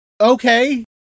Okay